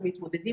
צריך להבין,